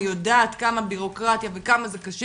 אני יודעת כמה בירוקרטיה וכמה זה קשה